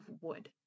wood